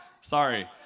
Sorry